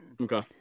Okay